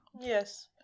Yes